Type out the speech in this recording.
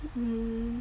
um